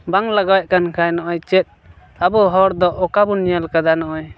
ᱵᱟᱝ ᱞᱟᱜᱟᱣᱮᱫ ᱠᱷᱟᱱ ᱱᱚᱜᱼᱚᱸᱭ ᱪᱮᱫ ᱟᱵᱚ ᱦᱚᱲ ᱫᱚ ᱚᱠᱟ ᱵᱚᱱ ᱧᱮ ᱠᱟᱫᱟ ᱱᱚᱜᱼᱚᱸᱭ